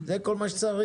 זה כל מה שצריך.